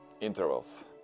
intervals